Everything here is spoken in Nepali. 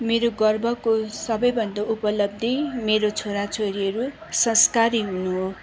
मेरो गर्वको सबैभन्दा उपलब्धि मेरो छोरा छोरीहरू संस्कारी हुनु हो